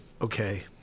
okay